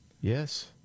Yes